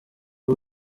uwo